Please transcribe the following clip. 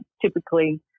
typically